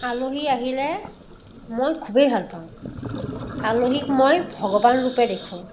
আলহী আহিলে মই খুবেই ভাল পাওঁ আলহীক মই ভগৱানৰূপে দেখোঁ